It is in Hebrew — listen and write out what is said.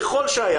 ככל שהיה,